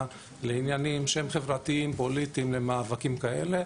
לעניינים חברתיים-פוליטיים ומאבקים כאלה.